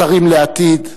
השרים לעתיד,